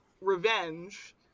revenge